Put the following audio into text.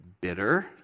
bitter